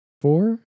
four